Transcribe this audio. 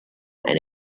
and